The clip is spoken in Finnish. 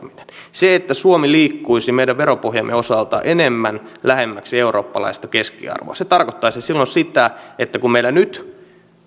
se että suomi liikkuisi meidän veropohjamme osalta enemmän lähemmäksi eurooppalaista keskiarvoa tarkoittaisi silloin sitä että kun meillä nyt